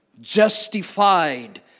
justified